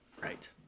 right